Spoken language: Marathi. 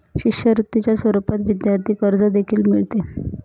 शिष्यवृत्तीच्या स्वरूपात विद्यार्थी कर्ज देखील मिळते